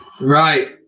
Right